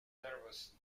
nervous